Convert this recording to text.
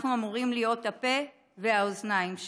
אנחנו אמורים להיות הפה והאוזניים שלהם.